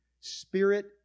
spirit